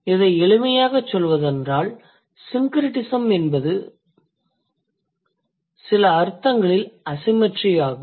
இதை எளிமையாகச் சொல்வதென்றால் syncretism என்பது சில அர்த்தங்களில் asymmetry ஆகும்